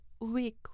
weak